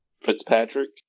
Fitzpatrick